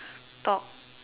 talk